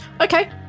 Okay